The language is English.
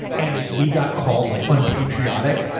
and we got called like unpatriotic,